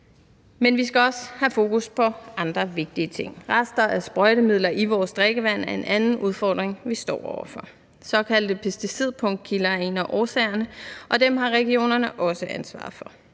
Men vi skal også have fokus på andre vigtige ting. Rester af sprøjtemidler i vores drikkevand er en anden udfordring, vi står over for. Såkaldte pesticidpunktkilder er en af årsagerne, og dem har regionerne også ansvaret for.